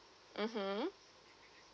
(uh huh)